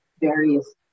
various